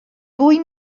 fwy